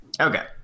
Okay